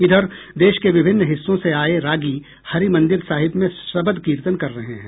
इधर देश के विभिन्न हिस्सों से आये रागी हरिमंदिर साहिब में शबद कीर्तन कर रहे हैं